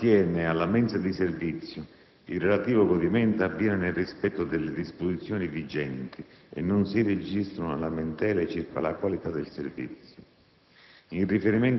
Per quanto attiene alla mensa di servizio, il relativo godimento avviene nel rispetto delle disposizioni vigenti e non si registrano lamentele circa la qualità del servizio.